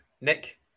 Nick